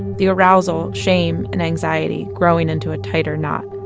the arousal, shame, and anxiety growing into a tighter knot.